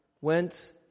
went